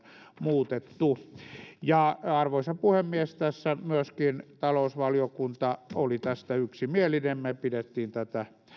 muutettu arvoisa puhemies myöskin tästä talousvaliokunta oli yksimielinen me pidimme tätä